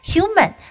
Human